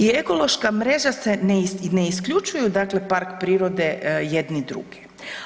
I ekološka mreža se ne isključuje dakle park prirode jedni druge.